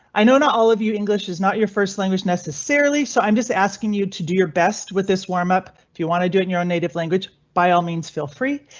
i know not all of you english is not your first language necessarily, so i'm just asking you to do your best with this warm up. do you want to do it in your own native language? by all means, feel free.